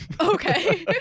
Okay